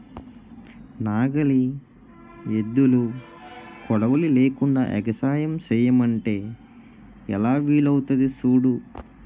నాగలి, ఎద్దులు, కొడవలి లేకుండ ఎగసాయం సెయ్యమంటే ఎలా వీలవుతాది సూడు